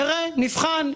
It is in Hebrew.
נראה נבחן,